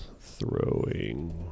throwing